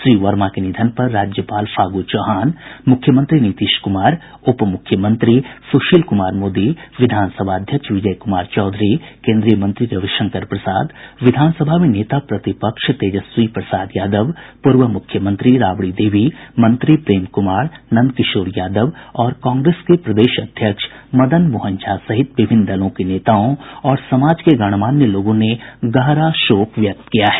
श्री वर्मा के निधन पर राज्यपाल फागू चौहान मुख्यमंत्री नीतीश क्मार उपमुख्यमंत्री सुशील क्मार मोदी विधानसभा अध्यक्ष विजय कुमार चौधरी केन्द्रीय मंत्री रविशंकर प्रसाद विधानसभा में नेता प्रतिपक्ष तेजस्वी प्रसाद यादव पूर्व मुख्यमंत्री राबड़ी देवी मंत्री प्रेम कुमार नंदकिशोर यादव और कांग्रेस के प्रदेश अध्यक्ष मदन मोहन झा सहित विभिन्न दलों के नेताओं और समाज के गणमान्य लोगों ने गहरा शोक व्यक्त किया है